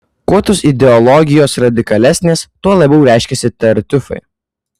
kuo tos ideologijos radikalesnės tuo labiau reiškiasi tartiufai